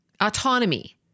autonomy